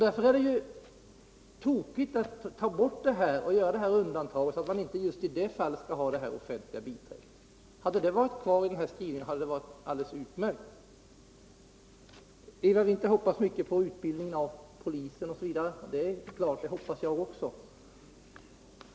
Därför är det tokigt med detta undantag, att man i just det här fallet inte skall ha offentligt biträde. Hade detta funnits med i skrivningen, så hade det varit alldeles utmärkt. Eva Winther hoppas mycket på utbildning av polisen. Och det är klart att jag hoppas på det också.